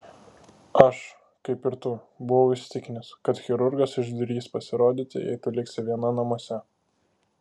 aš kaip ir tu buvau įsitikinęs kad chirurgas išdrįs pasirodyti jei tu liksi viena namuose